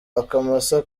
akamasa